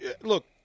look